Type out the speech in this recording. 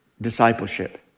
discipleship